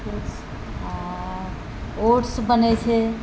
आ ओट्स बनै छै